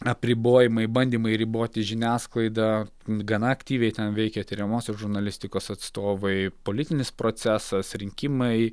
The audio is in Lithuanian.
apribojimai bandymai riboti žiniasklaidą gana aktyviai veikė tiriamosios žurnalistikos atstovai politinis procesas rinkimai